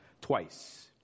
twice